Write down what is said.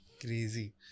crazy